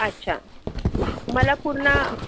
अच्छा मला पूर्ण